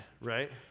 right